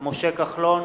משה כחלון,